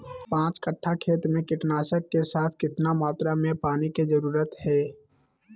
पांच कट्ठा खेत में कीटनाशक के साथ कितना मात्रा में पानी के जरूरत है?